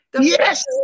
yes